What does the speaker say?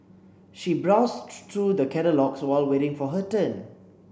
she browsed through the catalogues while waiting for her turn